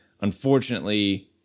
Unfortunately